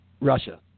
Russia